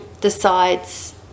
decides